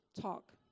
talk